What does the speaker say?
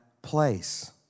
Place